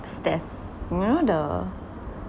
upstairs you know the